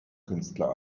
künstler